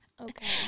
Okay